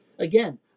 Again